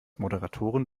moderatoren